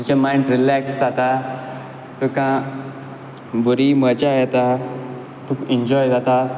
तुजें mind relax जाता तुका बरी मजा येता तुका इन्जॉय जाता